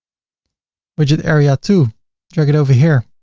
widget area two drag it over here.